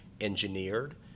engineered